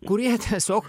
kurie tiesiog